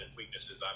weaknesses